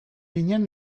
ginen